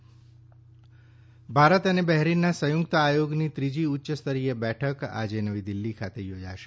Bharat Bahrain Bharat અને બહેરીનના સંયુક્ત આરોગ્યની ત્રીજી ઉચ્ય સ્તરીય બેઠક આજે નવી દિલ્હી ખાતે યોજાશે